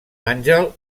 àngel